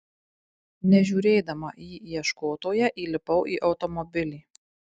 nežiūrėdama į ieškotoją įlipau į automobilį